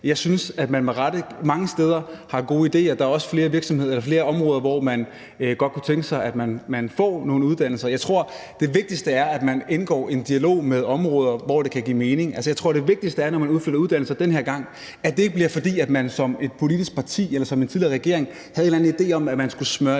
Jeg synes, at man – med rette – mange steder har gode idéer, og der er også flere områder, hvor man godt kunne tænke sig at man får nogle uddannelser. Jeg tror, at det vigtigste er, at man indgår en dialog med områder, hvor det kan give mening, og at det vigtigste er, at det, når man den her gang udflytter uddannelser, så ikke bliver, fordi man som et politisk parti eller som en tidligere regering har en eller anden idé om, at man skal smøre